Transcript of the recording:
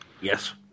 Yes